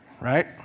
Right